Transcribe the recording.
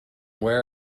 where